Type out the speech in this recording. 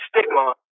stigma